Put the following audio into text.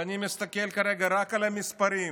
ואני מסתכל כרגע רק על המספרים: